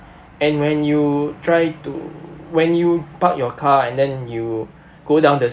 and when you try to when you park your car and then you go down the